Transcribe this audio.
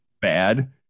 bad